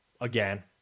again